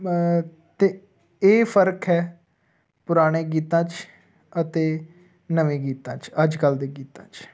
ਤੇ ਇਹ ਫਰਕ ਹੈ ਪੁਰਾਣੇ ਗੀਤਾਂ 'ਚ ਅਤੇ ਨਵੇਂ ਗੀਤਾਂ 'ਚ ਅੱਜ ਕੱਲ੍ਹ ਦੇ ਗੀਤਾਂ 'ਚ